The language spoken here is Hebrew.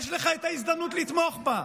יש לך את ההזדמנות לתמוך בה.